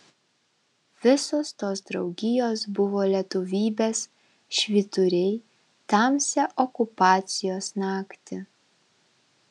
visos tos draugijos buvo lietuvybės švyturiai tamsią okupacijos naktį